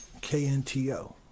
KNTO